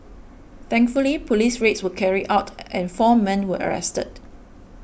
thankfully police raids were carried out and four men were arrested